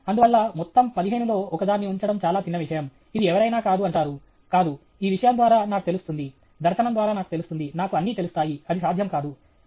అందువల్ల మొత్తం పదిహేనులో ఒకదాన్ని ఉంచడం చాలా చిన్న విషయం ఇది ఎవరైనా కాదు అంటారు కాదు ఈ విషయం ద్వారా నాకు తెలుస్తుంది దర్శనం ద్వారా నాకు తెలుస్తుంది నాకు అన్నీ తెలుస్తాయి అది సాధ్యం కాదు